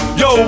yo